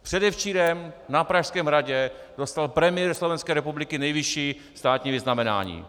Předevčírem na Pražském hradě dostal premiér Slovenské republiky nejvyšší státní vyznamenání.